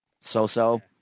So-so